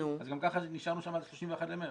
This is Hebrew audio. גם ככה נשארנו שם עד 31 במרס.